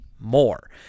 more